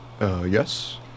yes